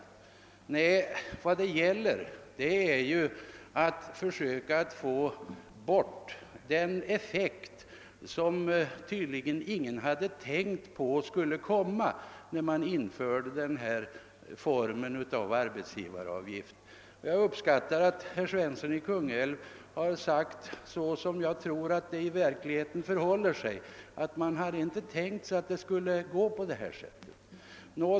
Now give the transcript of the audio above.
Vad det gäller är ju att försöka få bort den effekt som tydligen ingen hade tänkt på när man införde denna form av arbetsgivaravgift. Jag uppskattar att herr Svensson i Kungälv har sagt så som jag tror att det i verkligheten förhåller sig — att man inte hade tänkt sig att det skulle gå på detta sätt.